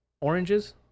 oranges